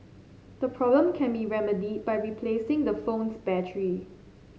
the problem can be remedied by replacing the phone's battery